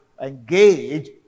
engage